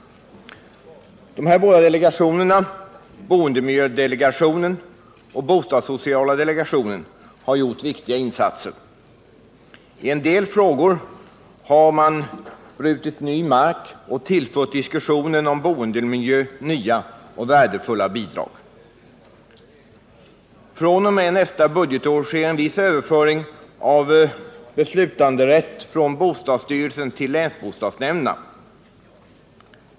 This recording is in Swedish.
Desa båda delegationer, boendemiljödelegationen och bostadssociala delegationen, har gjort viktiga insatser. När det gäller en del frågor har man brutit ny mark och tillfört diskussionen om boendemiljön nya och värdefulla bidrag. fr.o.m. nästa budgetår sker en viss överföring av beslutanderätt från bostadsstyrelsen till länsbostadsnämnderna.